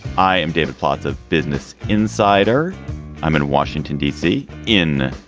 i am david plotz of business insider i'm in washington, d c. in